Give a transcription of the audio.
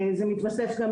זה מתווסף גם